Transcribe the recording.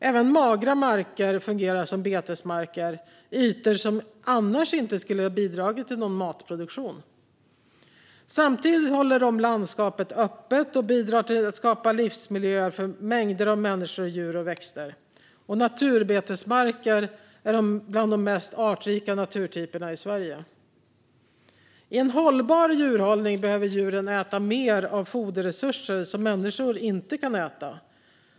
Även magra marker fungerar som betesmark, ytor som annars inte skulle ha bidragit till någon matproduktion. Samtidigt håller djuren landskapet öppet och bidrar till att skapa livsmiljöer för mängder av människor, djur och växter. Naturbetesmarker är bland de mest artrika naturtyperna i Sverige. I en hållbar djurhållning behöver djuren äta mer av sådana foderresurser som människor inte kan äta.